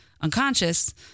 unconscious